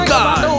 God